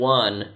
one